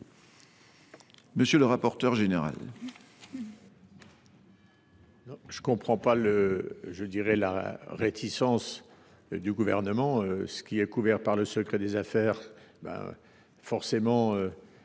monsieur le rapporteur général,